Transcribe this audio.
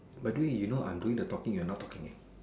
by the way you know I'm doing the talking you're not talking eh